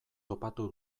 topatu